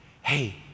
hey